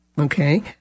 okay